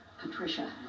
Patricia